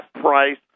price